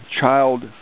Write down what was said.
Child